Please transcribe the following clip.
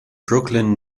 brooklyn